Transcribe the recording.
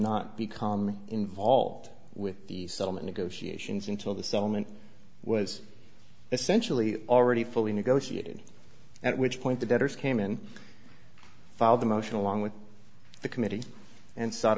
not become involved with the settlement negotiations until the settlement was essentially already fully negotiated at which point the debtors came and filed the motion along with the committee and s